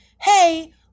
hey